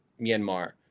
Myanmar